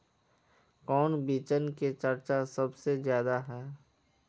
कौन बिचन के चर्चा सबसे ज्यादा है?